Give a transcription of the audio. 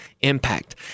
impact